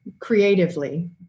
creatively